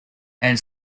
and